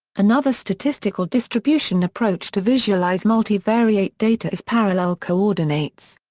another statistical distribution approach to visualize multivariate data is parallel coordinates.